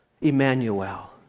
Emmanuel